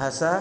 ଭାଷା